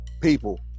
people